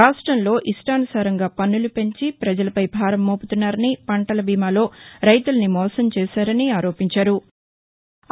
రాష్టంలో ఇష్టానుసారంగా పన్నులు పెంచి ప్రజలపై భారం మోపుతున్నారని పంటల బీమాలో రైతుల్ని మోసం చేశారని ఆరోపించారు